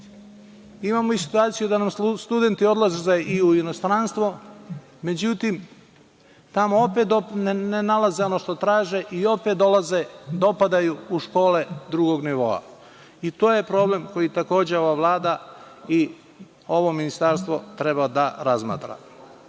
bilo. Imamo i situaciju da nam studenti odlaze i u inostranstvo. Međutim, tamo opet ne nalaze ono što traže i opet dolaze, dopadaju u škole drugog nivoa, i to je problem koji takođe ova Vlada i ovo ministarstvo treba da razmatra. Pravo